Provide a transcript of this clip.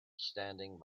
standing